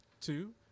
two